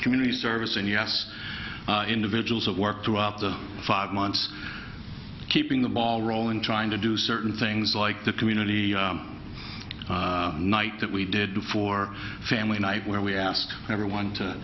community service and us individuals of work throughout the five months keeping the ball rolling trying to do certain things like the community night that we did before family night where we ask everyone to